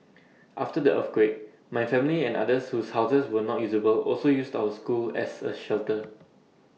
after the earthquake my family and others whose houses were not usable also used our school as A shelter